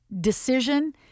decision